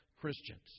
Christians